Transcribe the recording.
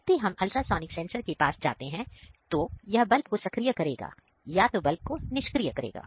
जब भी हम अल्ट्रासोनिक सेंसर के पास जाते हैं तो यह बल्ब को सक्रिय करेगा या तो यह बल्ब को निष्क्रिय करेगा